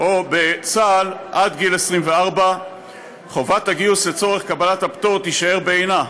או בצה"ל עד גיל 24. חובת הגיוס לצורך קבלת הפטור תישאר בעינה,